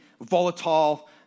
volatile